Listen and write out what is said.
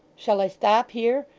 shall i stop here,